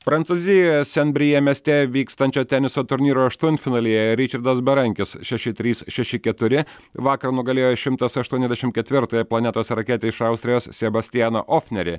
prancūzijoje sen brijė mieste vykstančio teniso turnyro aštuntfinalyje ričardas berankis šeši trys šeši keturi vakar nugalėjo šimtas aštuoniasdešim ketvirtąją planetos raketę iš austrijos sebastianą ofnerį